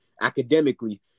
academically